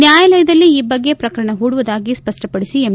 ನ್ಯಾಯಾಲಯದಲ್ಲಿ ಈ ಬಗ್ಗೆ ಪ್ರಕರಣ ಹೂಡುವುದಾಗಿ ಸ್ಪಷ್ಟಪಡಿಸಿ ಎಂ